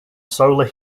solar